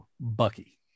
Bucky